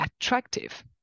attractive